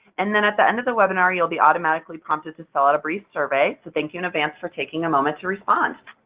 and then at the end of the webinar, you'll be automatically prompted to fill out a brief survey, so thank you, in advance, for taking a moment to respond.